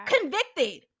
convicted